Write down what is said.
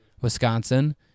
Wisconsin